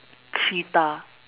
cheetah